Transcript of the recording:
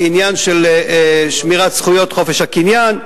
שמירת זכויות חופש הקניין,